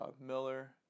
Miller